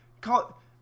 call